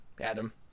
adam